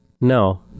No